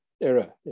error